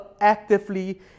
actively